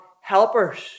helpers